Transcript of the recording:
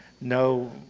no